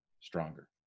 stronger